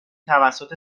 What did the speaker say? توسط